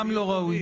גם לא ראוי.